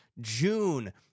june